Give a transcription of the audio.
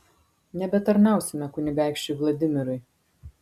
nebetarnausime kunigaikščiui vladimirui